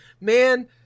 man